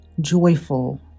joyful